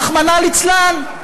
רחמנא ליצלן,